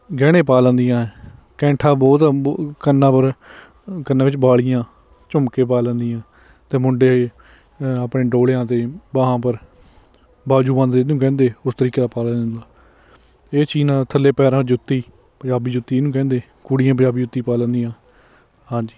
ਗਹਿਣੇ ਪਾ ਲੈਂਦੀਆਂ ਹੈ ਕੈਂਠਾ ਬਹੁਤ ਕੰਨਾਂ ਪਰ ਕੰਨਾਂ ਵਿੱਚ ਵਾਲੀਆਂ ਝੁਮਕੇ ਪਾ ਲੈਂਦੀਆਂ ਅਤੇ ਮੁੰਡੇ ਆਪਣੇ ਡੋਲਿਆਂ 'ਤੇ ਬਾਹਾਂ ਪਰ ਬਾਜ਼ੂਬੰਦ ਜਿਹਨੂੰ ਕਹਿੰਦੇ ਉਸ ਤਰੀਕੇ ਦਾ ਪਾ ਲਿਆ ਜਾਂਦਾ ਇਹ ਚੀਜ਼ ਨਾਲ ਥੱਲੇ ਪੈਰਾਂ 'ਚ ਜੁੱਤੀ ਪੰਜਾਬੀ ਜੁੱਤੀ ਜਿਹਨੂੰ ਕਹਿੰਦੇ ਕੁੜੀਆਂ ਪੰਜਾਬੀ ਜੁੱਤੀ ਪਾ ਲੈਂਦੀਆਂ ਹਾਂਜੀ